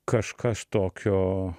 kažkas tokio